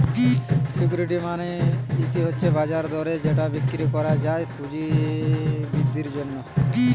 security মানে হতিছে বাজার দরে যেটা বিক্রি করা যায় পুঁজি বৃদ্ধির জন্যে